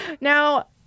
now